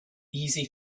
easy